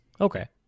Okay